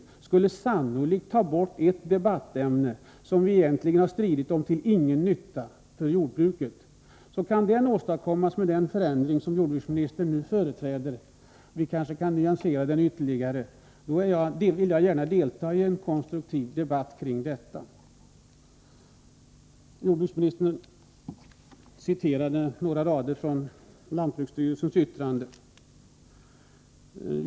Det skulle sannolikt ta bort ett debattämne som vi egentligen har stridit om till ingen nytta för jordbruket. Kan det åstadkommas med den förändring som jordbruksministern nu förespråkar — vi kanske kan nyansera den ytterligare — vill jag gärna delta i en konstruktiv debatt kring detta. Jordbruksministern citerade några rader från lantbruksstyrelsens yttrande.